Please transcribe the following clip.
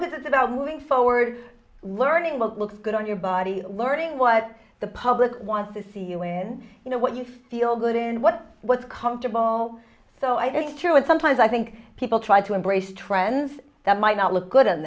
that it's about moving forward learning what looks good on your body learning what the public wants to see you when you know what you feel good and what was comfortable so i actually sometimes i think people try to embrace trends that might not look good on